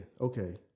Okay